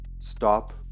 stop